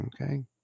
Okay